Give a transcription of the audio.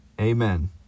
Amen